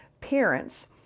parents